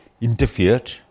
interfered